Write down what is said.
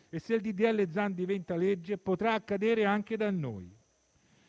di legge Zan verrà approvato, potrà accadere anche da noi.